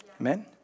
Amen